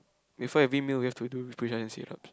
before every meal we have to do push up and sit up